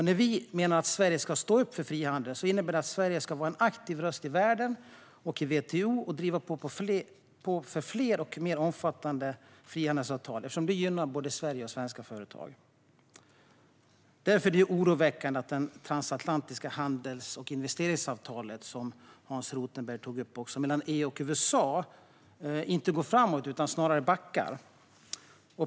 När vi menar att Sverige ska stå upp för frihandel innebär det att Sverige ska vara en aktiv röst i världen och i WTO och driva på för fler och mer omfattande frihandelsavtal eftersom det gynnar både Sverige och svenska företag. Det är därför oroväckande att det transatlantiska handels och investeringsavtalet mellan EU och USA, som Hans Rothenberg tog upp, inte går framåt utan snarare backar.